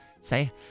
say